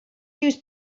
use